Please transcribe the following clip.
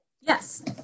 Yes